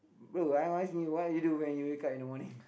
bro I'm asking you why you do when you wake up in the morning